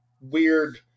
weird